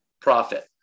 profit